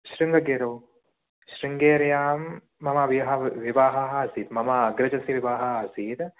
शृङ्गगिरौ शृङ्गेर्यां मम विहा विवाहः आसीत् मम अग्रजस्य विवाहः आसीत्